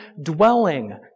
dwelling